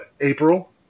April